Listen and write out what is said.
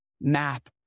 map